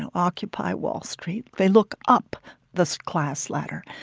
and occupy wall street. they look up this class ladder.